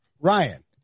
Ryan